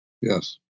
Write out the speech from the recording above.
Yes